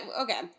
okay